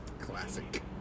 Classic